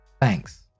Thanks